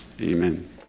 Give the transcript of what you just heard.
Amen